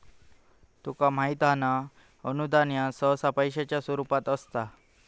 तुका माहित हां ना, अनुदान ह्या सहसा पैशाच्या स्वरूपात असता